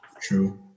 True